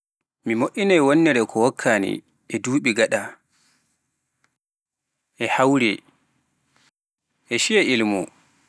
Mi mo"inay wonnere ko wokkaani e duuɓi gaɗa e hawre e ciya ilmu.